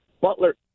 Butler